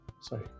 sorry